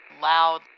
loud